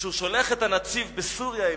כשהוא שולח את הנציב בסוריה,